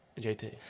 JT